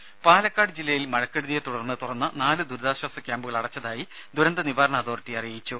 രുമ പാലക്കാട്ജില്ലയിൽ മഴക്കെടുതിയെ തുടർന്ന് തുറന്ന നാലു ദുരിതാശ്വാസ ക്യാമ്പുകൾ അടച്ചതായി ദുരന്തനിവാരണ അതോറിറ്റി അറിയിച്ചു